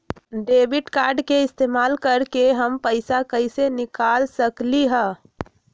Debit card के इस्तेमाल करके हम पैईसा कईसे निकाल सकलि ह?